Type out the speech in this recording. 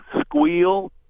squeal